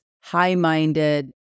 high-minded